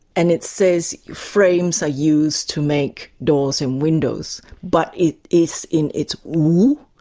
and it says frames are used to make doors and windows, but it is in its wu,